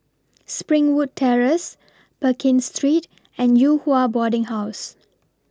Springwood Terrace Pekin Street and Yew Hua Boarding House